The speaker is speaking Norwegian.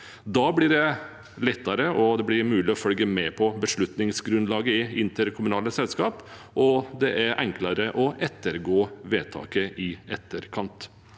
Da blir det mulig å følge med på beslutningsgrunnlaget i interkommunale selskap, og det er enklere å ettergå vedtakene i etterkant.